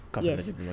Yes